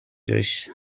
durch